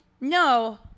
no